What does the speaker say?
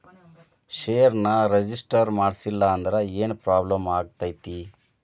ಷೇರ್ನ ರಿಜಿಸ್ಟರ್ ಮಾಡ್ಸಿಲ್ಲಂದ್ರ ಏನ್ ಪ್ರಾಬ್ಲಮ್ ಆಗತೈತಿ